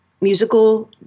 musical